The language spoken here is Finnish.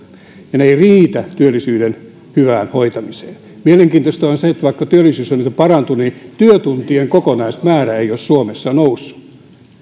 ja se ei riitä työllisyyden hyvään hoitamiseen mielenkiintoista on se että vaikka työllisyys on nyt parantunut niin työtuntien kokonaismäärä ei ole suomessa noussut